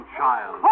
child